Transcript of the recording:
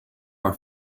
our